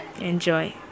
Enjoy